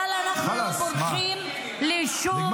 אבל אנחנו לא בורחים לשום מקום.